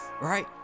right